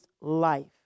life